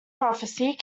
prophecy